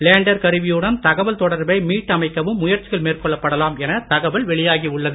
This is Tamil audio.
லேண்டர் கருவியுடன் தகவல் தொடர்பை மீட்டமைக்கவும் முயற்சிகள் மேற்கொள்ளப்படலாம் என தகவல் வெளியாகி உள்ளது